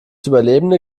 überlebende